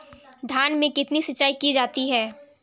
धान में कितनी सिंचाई की जाती है?